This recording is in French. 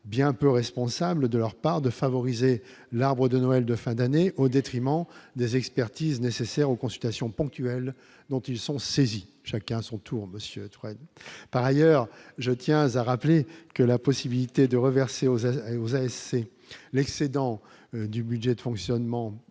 bien peu responsables de leur part, de favoriser l'arbre de Noël de fin d'année au détriment des expertises nécessaires aux consultations ponctuelles dont ils sont saisis, chacun son tour Monsieur 3, par ailleurs, je tiens à rappeler que la possibilité de reverser aux vous avez laissé l'excédent du budget de fonctionnement